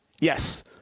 Yes